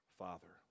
father